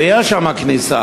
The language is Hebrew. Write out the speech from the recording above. ויש שם כניסה,